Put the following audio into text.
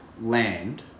land